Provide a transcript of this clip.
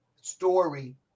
story